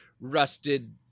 rusted